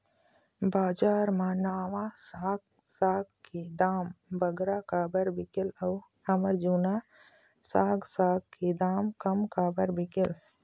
बजार मा नावा साग साग के दाम बगरा काबर बिकेल अऊ हमर जूना साग साग के दाम कम काबर बिकेल?